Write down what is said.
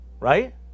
right